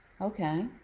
Okay